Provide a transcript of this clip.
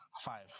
Five